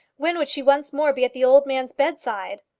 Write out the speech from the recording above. when would she once more be at the old man's bedside?